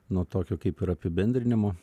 nuo tokio kaip ir apibendrinimo